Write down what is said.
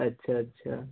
ਅੱਛਾ ਅੱਛਾ